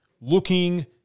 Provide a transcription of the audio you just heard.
looking